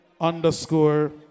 underscore